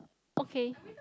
okay